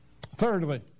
Thirdly